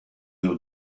nur